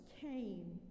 came